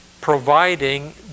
providing